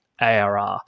ARR